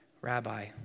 Rabbi